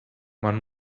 man